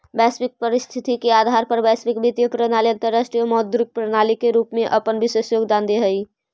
वैश्विक परिस्थिति के आधार पर वैश्विक वित्तीय प्रणाली अंतरराष्ट्रीय मौद्रिक प्रणाली के रूप में अपन विशेष योगदान देऽ हई